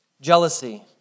Jealousy